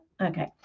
okay